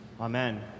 Amen